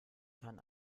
kann